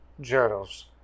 journals